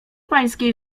pańskiej